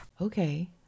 Okay